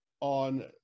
on